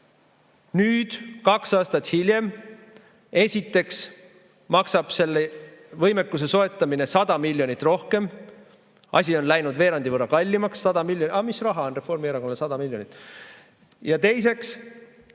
Nüüd, kaks aastat hiljem, esiteks, maksab selle võimekuse soetamine 100 miljonit rohkem. Asi on läinud veerandi võrra kallimaks. Aga mis raha on Reformierakonnale 100 miljonit? Ja teiseks,